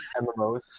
MMOs